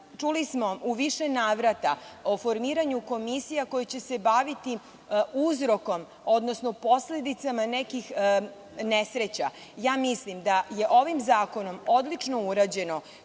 Čuli smo u više navrata o formiranju komisija koje će se baviti uzrokom odnosno posledicama nekih nesreća. Ja mislim da je ovim zakonom odlično urađeno